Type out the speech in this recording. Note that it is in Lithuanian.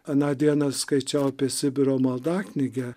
aną dieną skaičiau apie sibiro maldaknygę